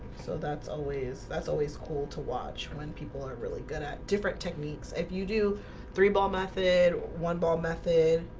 so that's always that's always old to watch when people aren't really good at different techniques if you do three-ball method one ball method,